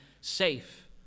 safe